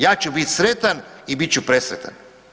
Ja ću biti sretan i bit ću presretan.